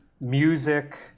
music